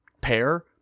pair